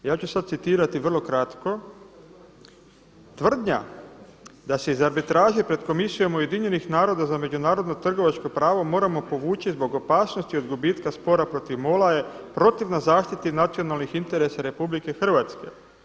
Ja ću sada citirati vrlo kratko – „Tvrdnja da se iz arbitraže pred Komisijom Ujedinjenih naroda za međunarodno trgovačko pravo moramo povući zbog opasnosti od gubitka spora protiv MOL-a je protivna zaštiti nacionalnih interesa Republike Hrvatske.